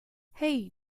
hey